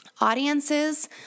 Audiences